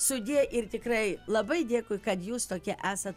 sudie ir tikrai labai dėkui kad jūs tokie esat